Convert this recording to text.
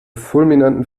fulminanten